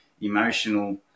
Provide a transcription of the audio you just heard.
emotional